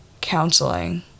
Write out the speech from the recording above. counseling